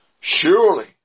Surely